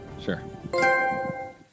Sure